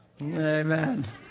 Amen